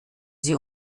sie